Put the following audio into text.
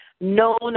known